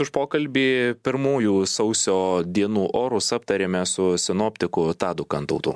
už pokalbį pirmųjų sausio dienų orus aptarėme su sinoptiku tadu kantautu